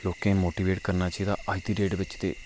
लोकें गी मोटिवेट करना चाहिदा अज्ज दी डेट बिच ते